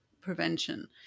prevention